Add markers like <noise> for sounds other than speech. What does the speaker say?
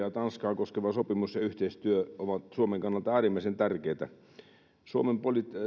<unintelligible> ja tanskaa koskeva sopimus ja yhteistyö ovat suomen kannalta äärimmäisen tärkeitä suomen